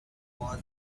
was